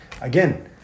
again